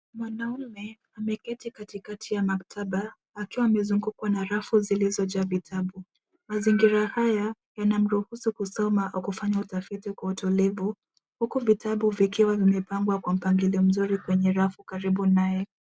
Mwanaume ameketi katikati ya maktaba akiwa amezungukwa na rafu zilizojaa vitabu. Mazingira haya yanamruhusu kusoma au kufanya utafiti kwa utulivu huku vitabu vikiwa vimepangwa kwa mpangilio mzuri kwenye rafu karibu naye.